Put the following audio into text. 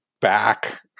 back